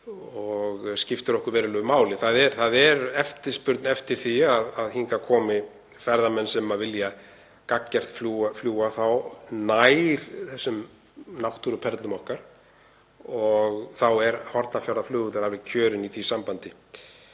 og skiptir okkur verulegu máli. Það er eftirspurn eftir því að hingað komi ferðamenn sem vilja gagngert fljúga nær þessum náttúruperlum okkar. Hornafjarðarflugvöllur er kjörinn í því sambandi.